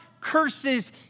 curses